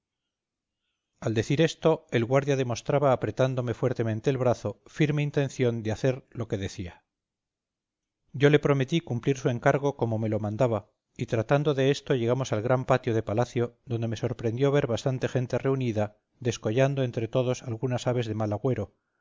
al decir esto el guardia demostraba apretándome fuertemente el brazo firme intención de hacer lo que decía yo le prometí cumplir su encargo como me lo mandaba y tratando de esto llegamos al gran patio de palacio donde me sorprendió ver bastante gente reunida descollando entre todos algunas aves de mal agüero